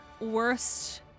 worst